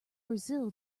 brazil